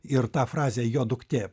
ir tą frazę jo duktė